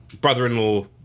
brother-in-law